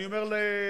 אני אומר ליושב-ראש,